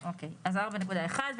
אז העלות התקציבית היא 4.1 מיליון שקל.